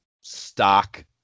stock